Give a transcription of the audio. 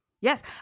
yes